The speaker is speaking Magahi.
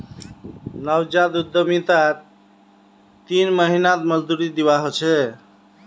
नवजात उद्यमितात तीन महीनात मजदूरी दीवा ह छे